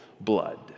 blood